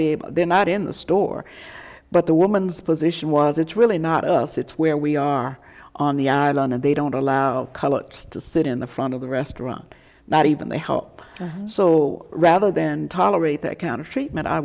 able they're not in the store but the woman's position was it's really not us it's where we are on the island and they don't allow us to sit in the front of the restaurant not even the help so rather than tolerate that kind of treatment i